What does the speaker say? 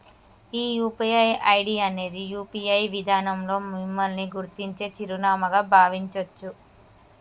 మీ UPI ID అనేది UPI విధానంలో మిమ్మల్ని గుర్తించే చిరునామాగా భావించొచ్చు